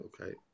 Okay